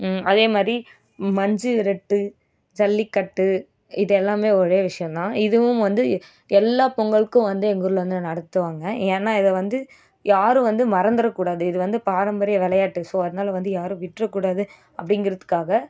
அதேமாதிரி மஞ்சு விரட்டு ஜல்லிக்கட்டு இதெல்லாமே ஒரே விஷயம் தான் இதுவும் வந்து எல்லா பொங்கலுக்கும் வந்து எங்கள் ஊரில் வந்து நடத்துவாங்க ஏன்னால் இதை வந்து யாரும் வந்து மறந்திடக் கூடாது இது வந்து பாரம்பரிய விளையாட்டு ஸோ அதனால வந்து யாரும் விட்டுரக்கூடாது அப்படிங்கிறதுக்காக